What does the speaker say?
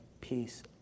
peace